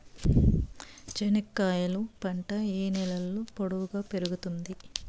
చెనక్కాయలు పంట ఏ నేలలో పొడువుగా పెరుగుతుంది?